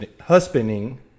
husbanding